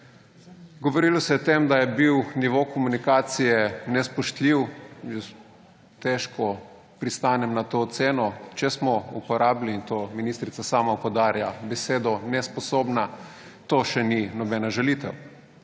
Govorilo se je o tem, da je bil nivo komunikacije nespoštljiv. Jaz težko pristanem na to oceno. Če smo uporabili – in to ministrica sama poudarja – besedo nesposobna, to še ni nobena žalitev.